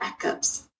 backups